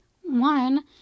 one